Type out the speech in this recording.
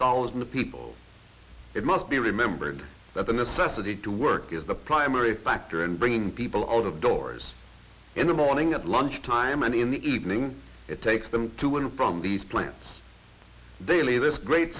thousand people it must be remembered that the necessity to work is the primary factor in bringing people out of doors in the morning at lunch time and in the evening it takes them to and from these plants daily this great